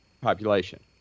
population